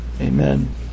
Amen